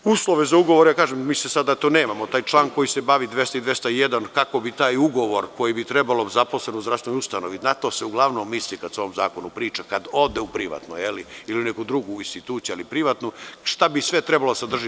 Uslove za ugovore, mislim da nemamo taj član koji bavi 200. i 201, kako bi taj ugovor koji bi trebalo zaposlen u zdravstvenoj ustanovi, na to se uglavnom misli kada se o ovom zakonu priča, kada ode u privatno, ili neku drugu instituciju ili privatnu, šta bi sve trebalo da sadrži.